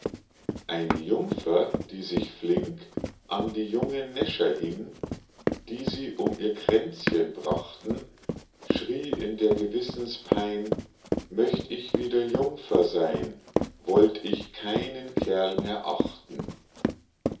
eine jungfer die sich flink an die jungen näscher hing die sie um ihr kränzchen brachten schrie in der gewissenspein möcht ich wieder jungfer seyn wollt ich keinen kerl mehr achten